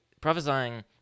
prophesying